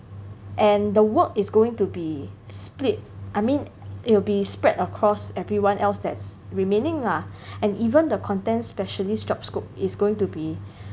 and the work is going to be split I mean it'll be spread across everyone else that's remaining lah and even the content specialist's job scope is going to be